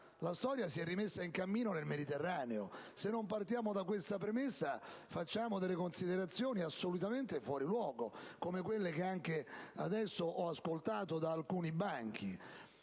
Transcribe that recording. la storia si è rimessa in cammino nel Mediterraneo. Se non partiamo da questa premessa, facciamo considerazioni assolutamente fuori luogo, come quelle che anche poc'anzi ho ascoltato da alcuni banchi.